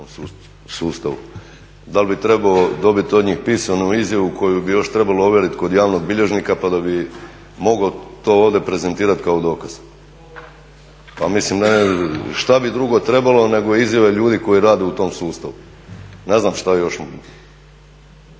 Dal bi trebao dobiti od njih pisanu izjavu koju bi još trebalo ovjeriti kod javnog bilježnika pa da bi mogao to ovdje prezentirati kao dokaz. Pa mislim šta bi drugo trebalo nego izjave ljudi koji rade u tom sustavu, ne znam šta još.